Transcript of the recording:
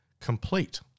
complete